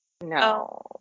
No